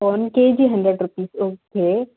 one KG hundred rupees okay